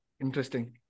Interesting